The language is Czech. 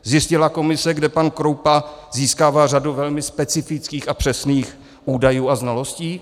Zjistila komise, kde pan Kroupa získává řadu velmi specifických údajů a znalostí?